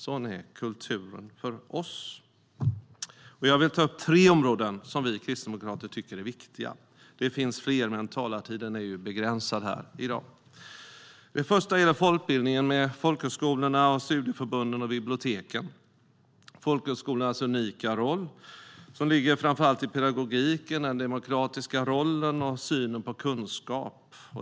Sådan är kulturen för oss. Jag vill ta upp tre områden som vi kristdemokrater tycker är viktiga. Det finns fler, men talartiden är ju begränsad här i dag. Det första gäller folkbildningen med folkhögskolorna, studieförbunden och biblioteken. Folkhögskolornas unika roll ligger framför allt i pedagogiken, den demokratiska rollen och synen på kunskap.